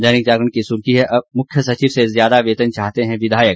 दैनिक जागरण की सुर्खी है मुख्य सचिव से ज्यादा वेतन चाहते हैं विधायक